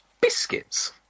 biscuits